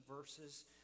verses